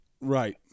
Right